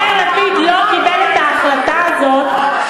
יאיר לפיד לא קיבל את ההחלטה הזאת,